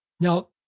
Now